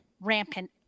rampant